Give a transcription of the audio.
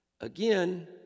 Again